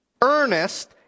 earnest